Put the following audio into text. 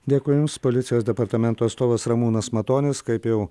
dėkui jums policijos departamento atstovas ramūnas matonis kaip jau